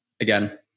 again